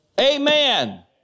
Amen